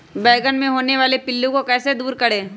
बैंगन मे होने वाले पिल्लू को कैसे दूर करें?